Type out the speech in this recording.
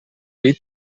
poder